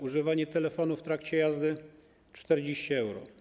Używanie telefonu w trakcie jazdy - 40 euro.